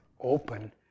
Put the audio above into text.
open